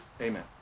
Amen